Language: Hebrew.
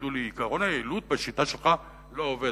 יגידו לי: עקרון היעילות בשיטה שלך לא עובד.